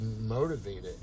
motivated